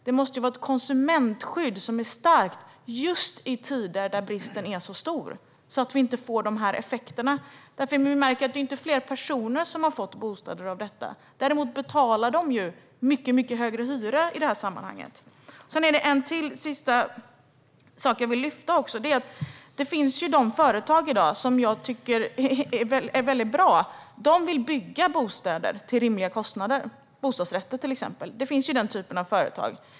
Det måste finnas ett starkt konsumentskydd just i tider där bostadsbristen är så stor, så att inte effekterna uppstår. Det är inte fler personer som har fått bostad. Däremot betalar de mycket högre hyra. Jag vill lyfta upp en sista sak. Det finns de företag i dag som är bra. De vill bygga bostäder till rimliga kostnader, till exempel bostadsrätter. Det finns den typen av företag.